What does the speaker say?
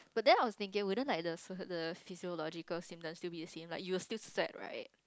but then I was thinking wouldn't like the the physiological symptoms still be the same like you will still sweat right